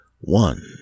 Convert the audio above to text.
One